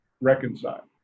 reconcile